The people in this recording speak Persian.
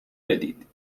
بدید